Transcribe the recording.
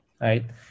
right